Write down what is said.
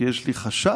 כי יש לי חשד